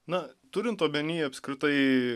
na turint omeny apskritai